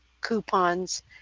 coupons